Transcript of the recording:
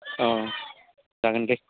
औ जागोन दे